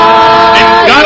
God